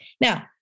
Now